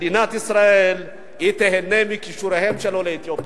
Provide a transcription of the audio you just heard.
ומדינת ישראל תיהנה מכישוריהם של עולי אתיופיה.